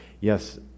yes